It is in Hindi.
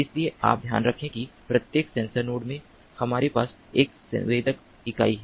इसलिए आप ध्यान रखें कि प्रत्येक सेंसर नोड में हमारे पास एक संवेदन इकाई है